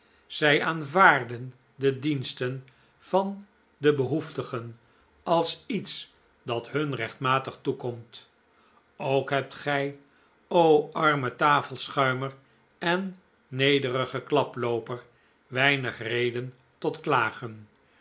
zij aanvaarden de diensten van de behoeftigen als iets dat hun rechtmatig toekomt ook hebt gij o arme tafelschuimer en nederige klaplooper weinig reden tot klagen